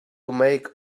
make